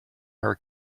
her